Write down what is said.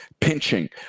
pinching